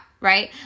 right